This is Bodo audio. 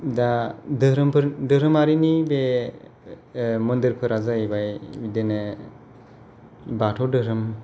दा दोरोमारिनि बे मन्दिरफोरा जाहैबाय बिदिनो बाथौ दोहोरोम